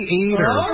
eater